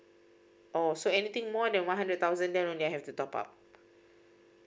oh so anything more than one hundred thousand then you have to top up